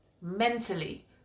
mentally